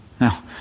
Now